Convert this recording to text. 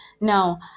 Now